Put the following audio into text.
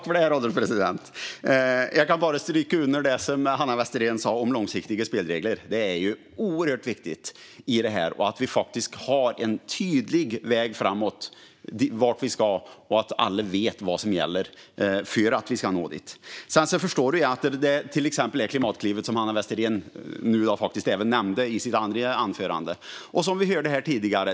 Herr ålderspresident! Jag kan bara stryka under det som Hanna Westerén sa om långsiktiga spelregler. Det är oerhört viktigt i detta. Det är viktigt att vi har en tydlig väg framåt när det gäller vart vi ska och att alla vet vad som gäller för att vi ska nå dit. Vi förstår att det handlar om till exempel Klimatklivet, som Hanna Westerén nu även nämnde i sin replik och som vi hörde om här tidigare.